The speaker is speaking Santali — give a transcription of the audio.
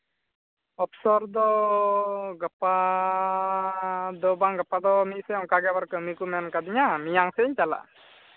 ᱚᱯᱥᱚᱨ ᱫᱚ ᱜᱟᱯᱟ ᱫᱚ ᱵᱟᱝ ᱜᱟᱯᱟ ᱫᱚ ᱢᱤᱫᱥᱮᱫ ᱚᱱᱠᱟᱜᱮ ᱟᱵᱟᱨ ᱠᱟᱹᱢᱤ ᱠᱚ ᱢᱮᱱ ᱠᱟᱹᱫᱤᱧᱟ ᱢᱮᱭᱟᱝ ᱥᱮᱫ ᱤᱧ ᱪᱟᱞᱟᱜᱼᱟ